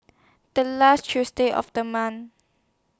The last Tuesday of The month